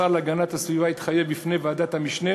השר להגנת הסביבה התחייב בפני ועדת המשנה